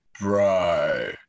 Bro